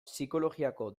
psikologiako